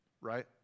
right